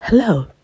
hello